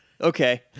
Okay